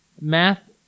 Math